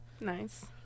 Nice